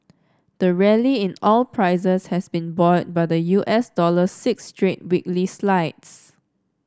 the rally in oil prices has been buoyed by the U S dollar's six straight weekly slides